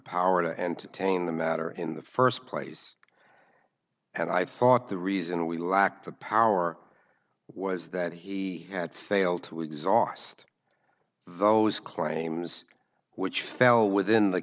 power to entertain the matter in the first place and i thought the reason we lacked the power was that he had failed to exhaust those claims which fell within the